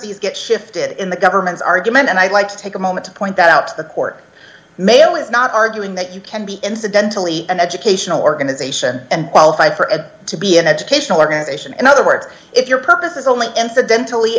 premises gets shifted in the government's argument and i'd like to take a moment to point that out to the court mail is not arguing that you can be incidentally an educational organization and qualify for a to be an educational organization in other words if your purposes only incidentally